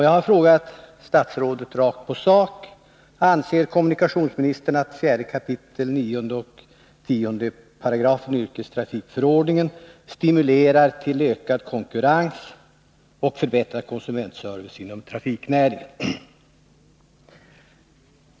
Jag har frågat statsrådet rakt på sak: Anser kommunikationsministern att 4 kap. 9 och 10 §§ yrkestrafikförordningen stimulerar till ökad konkurrens och förbättrad konsumentservice inom trafiknäringen?